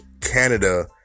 Canada